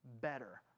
better